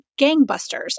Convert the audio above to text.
gangbusters